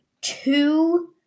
two